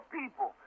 people